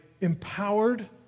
empowered